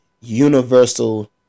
Universal